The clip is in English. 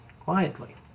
quietly